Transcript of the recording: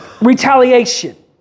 retaliation